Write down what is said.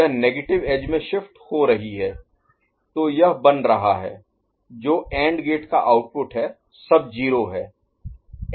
यह negative edge में shift हो रही है तो यह बन रहा है जो AND गेट का आउटपुट है सब 0 है